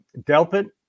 Delpit